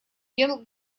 дел